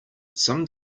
some